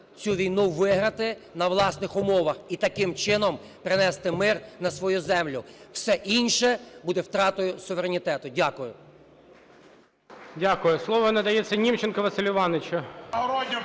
цю війну виграти на власних умовах і таким чином принести мир на свою землю. Все інше буде втратою суверенітету. Дякую. ГОЛОВУЮЧИЙ. Дякую. Слово надається Німченку Василю Івановичу.